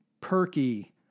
perky